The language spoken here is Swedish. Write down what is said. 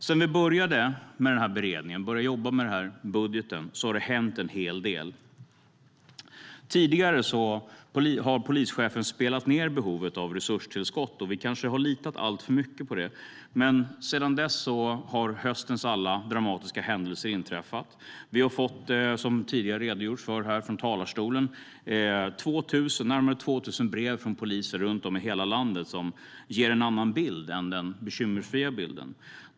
Sedan vi började beredningen och att jobba med budgeten har det hänt en hel del. Tidigare har polischefen spelat ned behovet av resurstillskott, och vi har kanske litat alltför mycket på det. Men sedan dess har höstens alla dramatiska händelser inträffat. Som tidigare har redogjorts för här från talarstolen har vi fått närmare 2 000 brev från poliser runt om i hela landet som ger en annan bild än den bekymmersfria bilden.